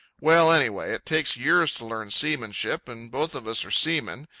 well, anyway, it takes years to learn seamanship, and both of us are seamen.